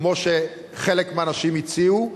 כמו שחלק מהאנשים הציעו,